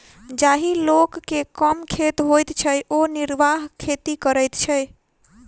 जाहि लोक के कम खेत होइत छै ओ निर्वाह खेती करैत छै